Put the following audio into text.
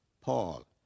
Paul